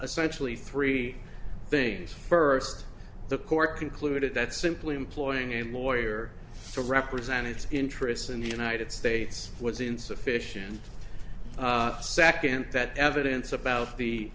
especially three things first the court concluded that simply employing a lawyer to represent its interests in the united states was insufficient second that evidence about the